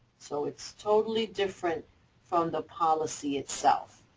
so it's totally different from the policy itself.